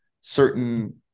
certain